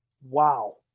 Wow